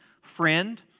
friend